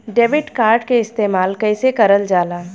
Debit card के इस्तेमाल कइसे करल जाला?